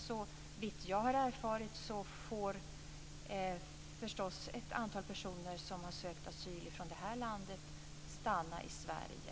Såvitt jag har erfarit får ett antal personer från det landet som har sökt asyl stanna i Sverige.